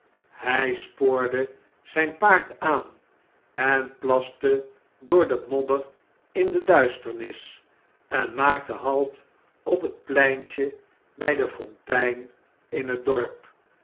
hjj spoorde zjjn paard aan en plaste door de modder in de duisternis en maakte halt op het pleintje by de fontein in het dorp